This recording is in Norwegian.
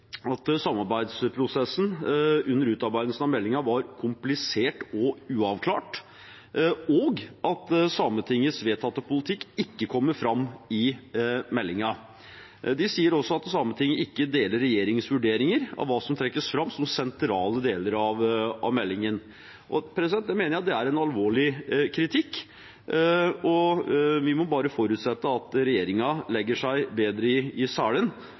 at samarbeidsprosessen under utarbeidelsen av meldingen var komplisert og uavklart, og at Sametingets vedtatte politikk ikke kommer fram i meldingen. De sier også at Sametinget ikke deler regjeringens vurderinger av hva som trekkes fram som sentrale deler av meldingen. Det mener jeg er en alvorlig kritikk, og vi må bare forutsette at regjeringen legger seg mer i